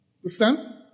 Understand